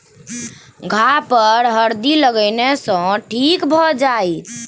घाह पर हरदि लगेने सँ ठीक भए जाइत